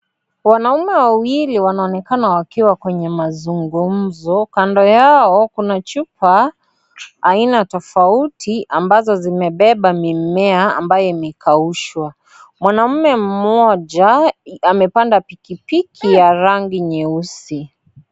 Wanaume wawili wanaonekana wakiwa kwenye mazungumzo, kando yao kuna chupa aina tofauti ambazo zimebeba mimea ambayo imekaushwa. Mwanaume mmoja amepanda pikipiki ya rangi nyeusi.